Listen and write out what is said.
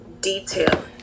detail